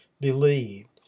believed